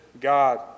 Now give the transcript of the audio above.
God